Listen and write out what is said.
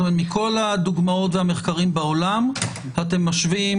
מכל הדוגמאות והמחקרים בעולם אתם משווים